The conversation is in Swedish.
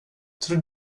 tror